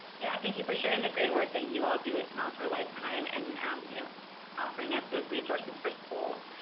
yeah thank you for sharing the great work that you all do at smiles for a lifetime and you know offering up those resources for school.